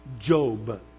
Job